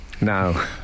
no